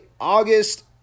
August